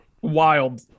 wild